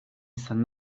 izan